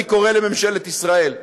אני קורא לממשלת ישראל,